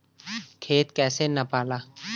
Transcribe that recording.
खेत कैसे नपाला?